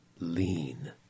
Lean